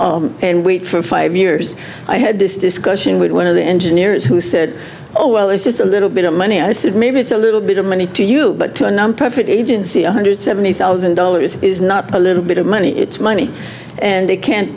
and wait for five years i had this discussion with one of the engineers who said oh well it's just a little bit of money i said maybe it's a little bit of money to you but to none profit agency one hundred seventy thousand dollars is not a little bit of money it's money and they can't